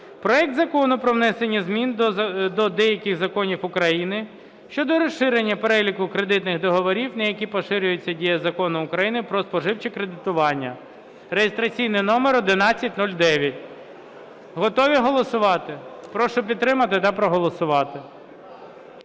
проект Закону про внесення змін деяких законів України щодо розширення переліку кредитних договорів на які поширюється дія Закону України "Про споживче кредитування" (реєстраційний номер 1109). Готові голосувати? Прошу підтримати та проголосувати.